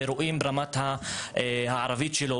אחרי כול דבר שאנחנו מתרגמים ורואים את רמת הערבית שלו.